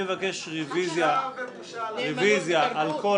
ותעלה למליאה לקריאה